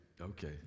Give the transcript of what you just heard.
okay